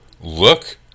look